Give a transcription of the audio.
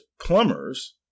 plumbers